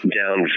down